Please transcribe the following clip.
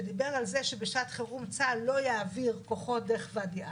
שדיבר על זה שבשעת חירום צה"ל לא יעביר כוחות דרך ואדי ערה.